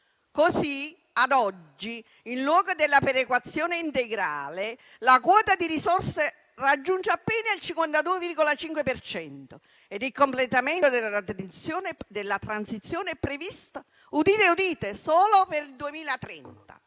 Così ad oggi, in luogo della perequazione integrale, la quota di risorse raggiunge appena il 52,5 per cento e il completamento della transizione è previsto - udite, udite - solo per il 2030.